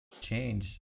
change